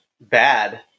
bad